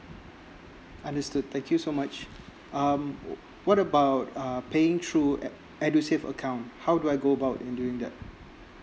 understood thank you so much um what about uh paying through ed~ edusave account how do I go about in doing that